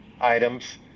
items